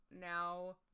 now